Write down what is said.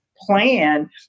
plan